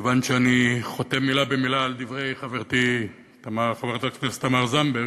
מכיוון שאני חותם מילה במילה על דברי חברתי חברת הכנסת תמר זנדברג,